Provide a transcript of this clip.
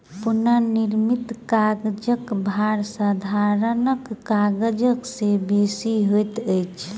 पुनःनिर्मित कागजक भार साधारण कागज से बेसी होइत अछि